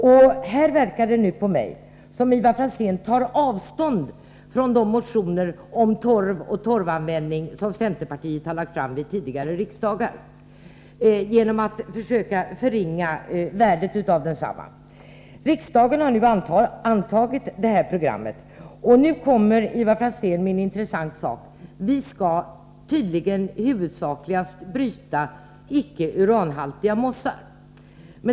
Nu verkar det som om Ivar Franzén tar avstånd från de motioner om torv och torvanvändning som centerpartiet har lagt fram vid tidigare riksdagar genom att försöka förringa värdet av densamma. Riksdagen har nu antagit detta program, och då kommer Ivar Franzén med en intressant sak — vi skall tydligen huvudsakligast bryta icke uranhaltiga mossar.